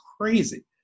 crazy